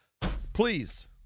please